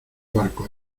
barco